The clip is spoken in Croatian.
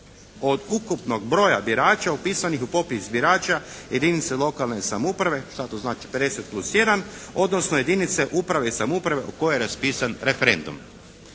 od ukupnog broja birača upisanih u popis birača jedinica lokalne samouprave…", šta to znači, 50+1, "… odnosno jedinice uprave i samouprave u kojoj je raspisan referendum.".